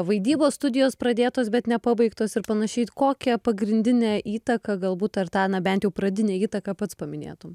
vaidybos studijos pradėtos bet nepabaigtos ir panašiai kokią pagrindinę įtaką galbūt ar tą na bent jau pradinę įtaką pats paminėtum